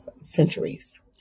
centuries